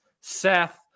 Seth